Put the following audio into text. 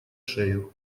шею